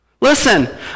Listen